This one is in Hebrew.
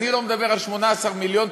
אני לא מדבר על 18 מיליון,